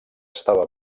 estava